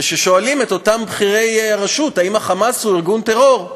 וכששואלים את אותם בכירי הרשות אם ה"חמאס" הוא ארגון טרור,